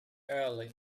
early